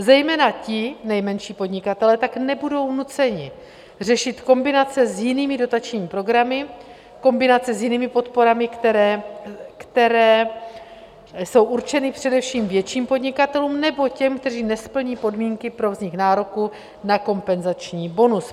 Zejména ti nejmenší podnikatelé tak nebudou nuceni řešit kombinace s jinými dotačními programy, kombinace s jinými podporami, které jsou určeny především větším podnikatelům nebo těm, kteří nesplní podmínky pro vznik nároku na kompenzační bonus.